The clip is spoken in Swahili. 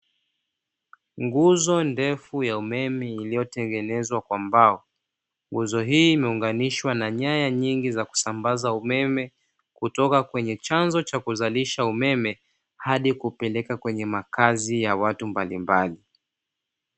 Nguzo ndefu ya umeme iyotengenezwa kwa mbao. Nguzo hii imeunganishwa na nyaya nyingi za kusambaza umeme kutoka kwenye chanzo cha kuzalisha umeme hadi kupeleka kwenye makazi ya watu mbalimbali.